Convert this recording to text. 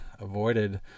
avoided